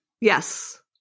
Yes